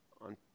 On